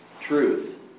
truth